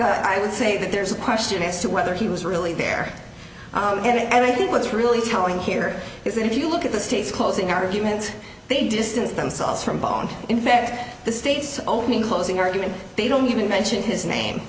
that i would say that there's a question as to whether he was really there get it and i think what's really telling here is that if you look at the state's closing argument they distance themselves from bond in fact the state's opening closing argument they don't even mention his name